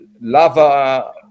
lava